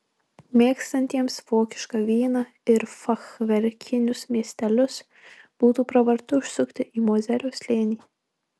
mėgstantiems vokišką vyną ir fachverkinius miestelius būtų pravartu užsukti į mozelio slėnį